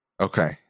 Okay